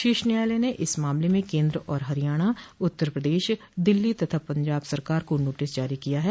शीर्ष न्यायालय ने इस मामले में केन्द्र और हरियाणा उत्तर प्रदेश दिल्ली तथा पंजाब सरकार को नोटिस जारी किया है